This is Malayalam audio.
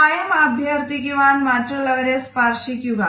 സഹായം അഭ്യത്ഥിക്കുവാൻ മറ്റുള്ളവരെ സ്പർശിക്കുക